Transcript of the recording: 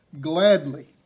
gladly